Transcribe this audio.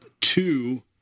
Two